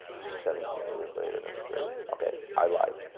seventeen years later, that's great. okay, i lied.